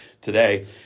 today